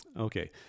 Okay